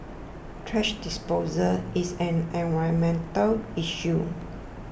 thrash disposal is an environmental issue